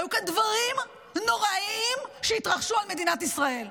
היו כאן דברים נוראיים שהתרחשו על מדינת ישראל.